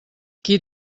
qui